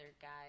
guys